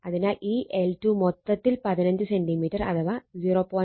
അതിനാൽ ഈ L2 മൊത്തത്തിൽ 15 സെന്റിമീറ്റർ അഥവാ 0